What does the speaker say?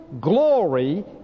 glory